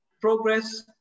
progress